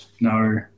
No